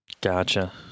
Gotcha